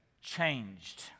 changed